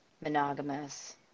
monogamous